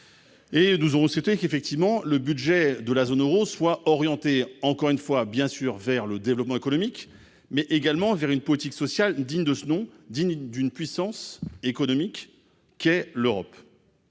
et 12 euros c'était qu'effectivement le budget de la zone Euro soit orienté, encore une fois bien sûr vers le développement économique mais également vers une politique sociale digne de ce nom, digne d'une puissance économique qu'est l'Europe.